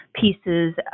pieces